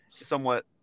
somewhat